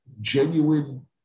genuine